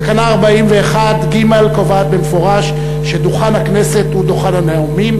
תקנה 41(ג) קובעת במפורש שדוכן הכנסת הוא דוכן הנאומים,